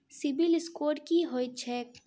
CIBIL score की होइत छैक?